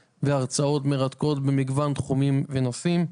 מרתקות במגוון של תחומים ונושאים.